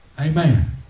Amen